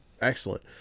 excellent